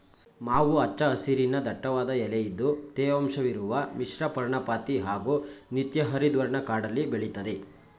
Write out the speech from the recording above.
ಮಾವು ಹಚ್ಚ ಹಸಿರಿನ ದಟ್ಟವಾದ ಎಲೆಇದ್ದು ತೇವಾಂಶವಿರುವ ಮಿಶ್ರಪರ್ಣಪಾತಿ ಹಾಗೂ ನಿತ್ಯಹರಿದ್ವರ್ಣ ಕಾಡಲ್ಲಿ ಬೆಳೆತದೆ